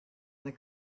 the